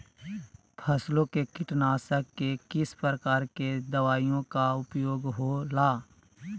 फसलों के कीटनाशक के किस प्रकार के दवाइयों का उपयोग हो ला?